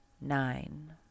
nine